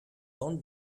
own